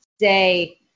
say